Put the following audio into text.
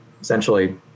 essentially